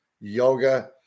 yoga